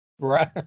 Right